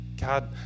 God